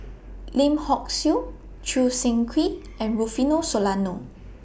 Lim Hock Siew Choo Seng Quee and Rufino Soliano